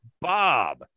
bob